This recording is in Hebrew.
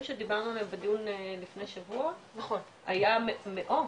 שדיברנו עליהם בדיון לפני שבוע היה מאות,